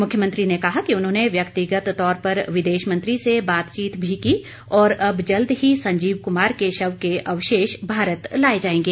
मुख्यमंत्री ने कहा कि उन्होंने व्यक्तिगत तौर पर विदेश मंत्री से बातचीत भी की और अब जल्द ही संजीव कुमार के शव के अवशेष भारत लाए जा सकेंगे